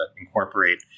incorporate